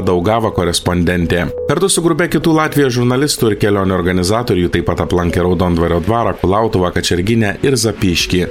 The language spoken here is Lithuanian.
daugava korespondentė kartu su grupe kitų latvijos žurnalistų kelionių organizatorių ji taip pat aplankė raudondvario dvarą kulautuvą kačerginę ir zapyškį